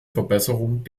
verbesserung